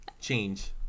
change